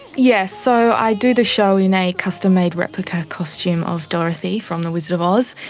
yes, so i do the show in a custom-made replica costume of dorothy from the wizard of oz,